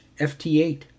FT8